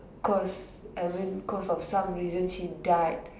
cause I mean cause of some reason she died